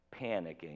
panicking